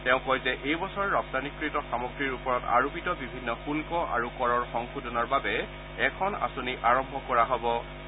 তেওঁ কয় যে এই বছৰ ৰপ্তানীকৃত সামগ্ৰীৰ ওপৰত আৰোপিত বিভিন্ন শুল্ক আৰু কৰৰ সংশোধনৰ বাবে এখন আঁচনি আৰম্ভ কৰা হ'ব